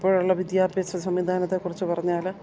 ഇപ്പോഴുള്ള വിദ്യാഭ്യാസ സംവിധാനത്തെക്കുറിച്ച് പറഞ്ഞാൽ